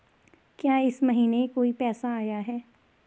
क्या इस महीने कोई पैसा आया है?